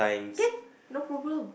can no problem